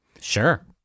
Sure